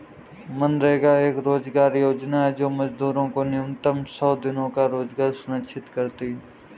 मनरेगा एक रोजगार योजना है जो मजदूरों को न्यूनतम सौ दिनों का रोजगार सुनिश्चित करती है